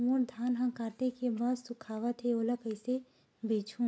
मोर धान ह काटे के बाद सुखावत हे ओला कइसे बेचहु?